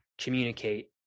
communicate